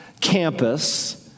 campus